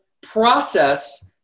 process